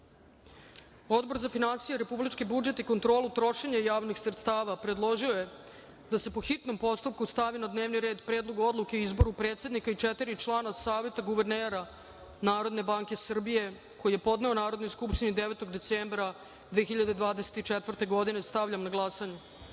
za finansije, republički budžet i kontrolu trošenja javnih sredstava predložio je da se, po hitnom postupku, stavi na dnevni red Predlog odluke o izboru predsednika i četiri člana Saveta guvernera Narodne banke Srbije, koji je podneo Narodnoj skupštini 9. decembra 2024. godine. Stavljam na glasanje